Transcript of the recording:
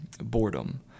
Boredom